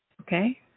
Okay